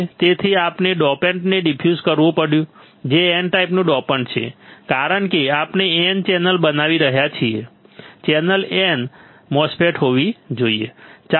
તેથી આપણે ડોપન્ટને ડિફ્યુઝ કરવું પડ્યું જે N ટાઈપનું ડોપન્ટ છે કારણ કે આપણે N ચેનલ બનાવી રહ્યા છીએ ચેનલ N ચેનલ MOSFET હોવી જોઈએ